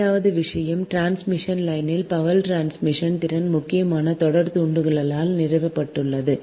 இரண்டாவது விஷயம் டிரான்ஸ்மிஷன் லைனின் பவர் டிரான்ஸ்மிஷன் திறன் முக்கியமாக தொடர் தூண்டலால் நிர்வகிக்கப்படுகிறது